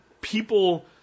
people